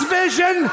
vision